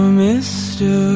mister